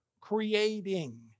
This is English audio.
creating